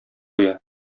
куя